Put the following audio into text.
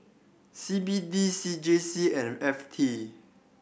C B D C J C and F T